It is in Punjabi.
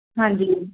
ਹਾਂਜੀ